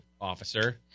officer